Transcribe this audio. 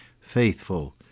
faithful